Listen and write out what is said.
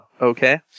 okay